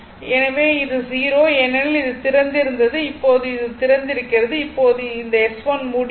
எனவே இது 0 ஏனெனில் இது திறந்திருந்தது இப்போது இது திறந்திருக்கிறது இப்போது இந்த S1 மூடியுள்ளது